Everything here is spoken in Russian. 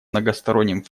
многосторонним